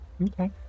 Okay